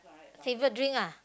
favourite drink lah